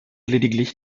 lediglich